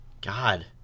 God